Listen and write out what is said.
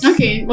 Okay